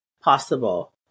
possible